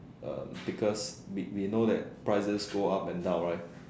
um because we we know that prices go up and down right